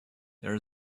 there